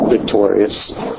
victorious